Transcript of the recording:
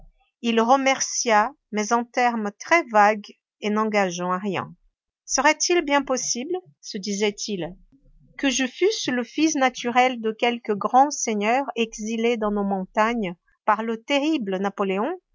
il remercia mais en termes très vagues et n'engageant à rien serait-il bien possible se disait-il que je fusse le fils naturel de quelque grand seigneur exilé dans nos montagnes par le terrible napoléon